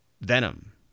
Venom